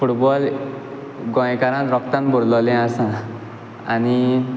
football गोंयकारा रोगतान भोरलोलें आसा आनी